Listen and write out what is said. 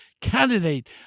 candidate